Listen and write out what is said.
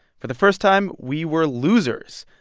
for the first time, we were losers.